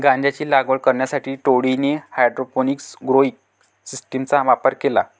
गांजाची लागवड करण्यासाठी टोळीने हायड्रोपोनिक्स ग्रोइंग सिस्टीमचा वापर केला